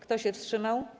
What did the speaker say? Kto się wstrzymał?